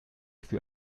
für